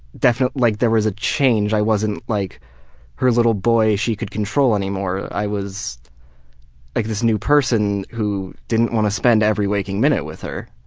like there was a change. i wasn't like her little boy she could control anymore, i was like this new person who didn't want to spend every waking minute with her.